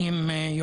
הזה.